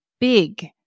big